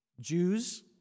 Jews